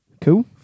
cool